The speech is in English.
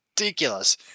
ridiculous